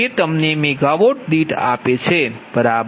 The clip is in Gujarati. તે તમને મેગાવોટ દીઠ આપે છે બરાબર